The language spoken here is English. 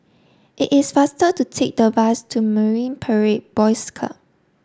it is faster to take the bus to Marine Parade Boys Club